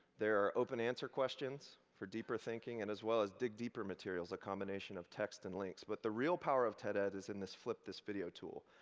there are open answer questions for deeper thinking, and as well as dig deeper materials, a combination of text and links. but the real power of ted-ed is in this flip this video tool.